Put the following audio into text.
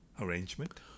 arrangement